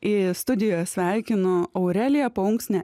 į studijoj sveikinu aurelija paunksnė